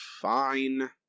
fine